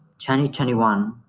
2021